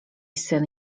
syn